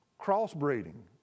Crossbreeding